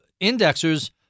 indexers